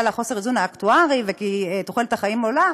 חוסר האיזון האקטוארי והעובדה שתוחלת החיים עולה,